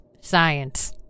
science